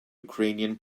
ukrainian